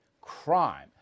Crime